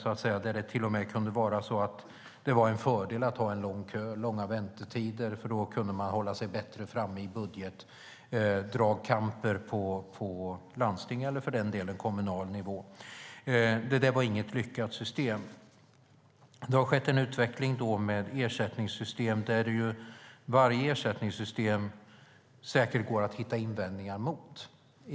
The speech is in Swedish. Då kunde det till och med vara en fördel att ha en lång kö och långa väntetider, för då kunde man hålla sig bättre framme i budgetdragkamper på landstings eller för den delen kommunal nivå. Det var inget lyckat system. Det har skett en utveckling med ersättningssystemen, och det går säkert att hitta invändningar mot varje ersättningssystem.